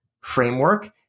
framework